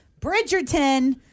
Bridgerton